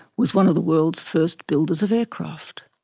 was one of the world's first builders of aircraft.